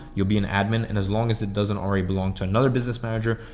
you'll be an admin and as long as it doesn't already belong to another business manager,